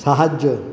সাহায্য